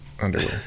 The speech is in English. underwear